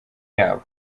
yabo